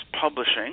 Publishing